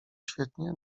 świetnie